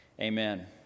amen